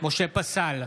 משה פסל,